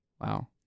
Wow